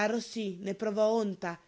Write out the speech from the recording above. arrossí ne provò onta